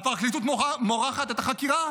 הפרקליטות מורחת את החקירה?